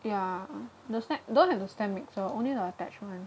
yeah the stan~ don't have the stand mixer only the attachment